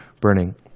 burning